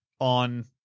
on